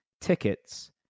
tickets